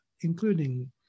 including